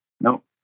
Nope